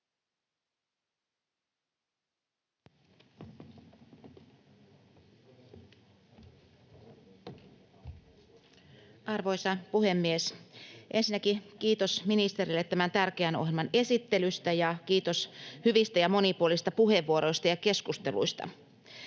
Arvoisa puhemies! Ensinnäkin kiitos ministerille tämän tärkeän ohjelman esittelystä, ja kiitos hyvistä ja monipuolisista puheenvuoroista ja keskusteluista.